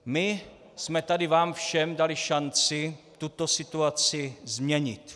My jsme tady vám všem dali šanci tuto situaci změnit.